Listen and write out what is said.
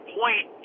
point